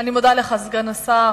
אני מודה לך, סגן השר.